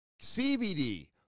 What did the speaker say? CBD